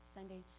Sunday